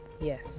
yes